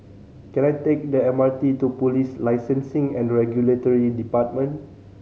can I take the M R T to Police Licensing and Regulatory Department